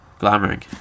Glamouring